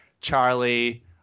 Charlie